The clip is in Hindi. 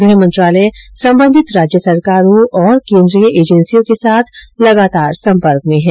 गृह मंत्रालय संबंधित राज्य सरकारों और केन्द्रीय एजेंसियों के साथ लगातार सम्पर्क में हैं